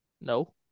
No